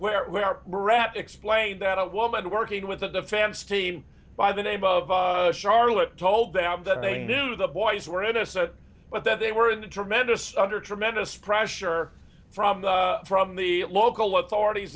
where we are wrapped explained that a woman working with the fans team by the name of charlotte told them that they knew the boys were innocent but that they were in the tremendous under tremendous pressure from the from the local authorities